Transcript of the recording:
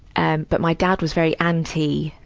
and but my dad was very anti-medication,